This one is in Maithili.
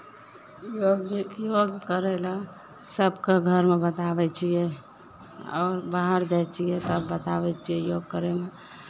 योग भी योग करय लेल सभकेँ घरमे बताबै छियै आओर बाहर जाइ छियै तब बताबै छियै योग करयमे